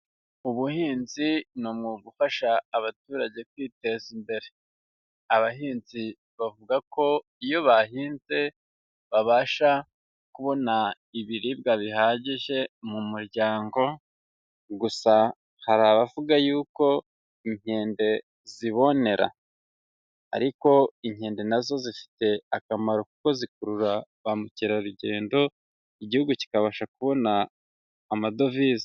Ubuhinzi ni umwuga ufasha abaturage kwiteza imbere, abahinzi bavuga ko iyo bahinze babasha kubona ibiribwa bihagije mu muryango, gusa hari abavuga yuko inkende zibonera ariko inkende na zo zifite akamaro kuko zikurura ba mukerarugendo, igihugu kikabasha kubona amadovize.